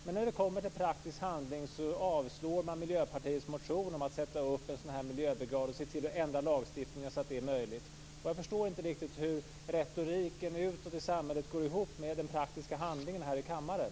Men när det kommer till praktisk handling avslår man Miljöpartiets motion om att sätta upp en sådan här miljöbrigad och se till att ändra lagstiftningen så att det blir möjligt. Jag förstår inte riktigt hur retoriken utåt i samhället går ihop med den praktiska handlingen här i kammaren.